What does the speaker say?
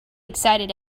excited